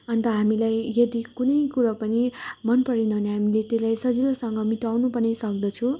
अन्त हामीलाई यदि कुनै कुरो पनि मनपरेन भने हामीले त्यसलाई सजिलोसँग मेटाउनु पनि सक्दछु